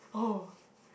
oh